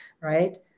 right